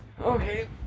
Okay